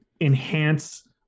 enhance